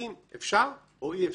אנחנו רוצים שנוהל שר